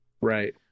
Right